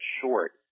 short